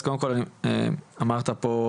אז קודם כל אמרת פה,